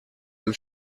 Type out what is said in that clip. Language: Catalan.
del